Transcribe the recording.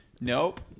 Nope